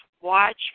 watch